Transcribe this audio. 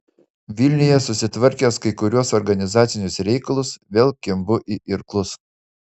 vilniuje susitvarkęs kai kuriuos organizacinius reikalus vėl kimbu į irklus